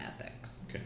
ethics